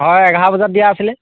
হয় এঘাৰ বজাত দিয়া আছিলে